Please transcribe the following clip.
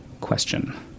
question